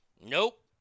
nope